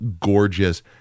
gorgeous